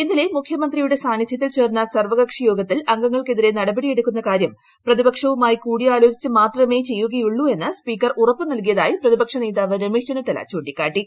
ഇന്നലെ മുഖ്യമന്ത്രിയുടെ സാന്നിധ്യത്തിൽ ചേർന്ന സർവകക്ഷിയോഗത്തിൽ അംഗങ്ങൾക്കെതിരെ നടപടി എടുക്കുന്ന കാര്യം പ്രതിപക്ഷവുമായി കൂടിയാലോചിച്ച് മാത്രമെ ചെയ്യുകയുള്ളൂ എന്ന് സ്പീക്കർ ഉറപ്പു നൽകിയതായി പ്രതിപക്ഷ നേതാവ് രമേശ് ചെന്നിത്തല ചൂിക്കാട്ടി